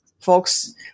folks